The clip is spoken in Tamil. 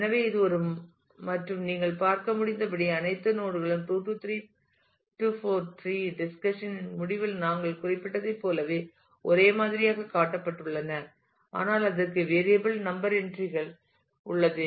எனவே இது ஒரு மற்றும் நீங்கள் பார்க்க முடிந்தபடி அனைத்து நோட் களும் 2 3 4 டிரீ டிஸ்கஷன் இன் முடிவில் நாங்கள் குறிப்பிட்டதைப் போலவே ஒரே மாதிரியாகக் காட்டப்பட்டுள்ளன ஆனால் அதற்கு வேரியாபில் நம்பர் என்ட்ரி கள் உள்ளது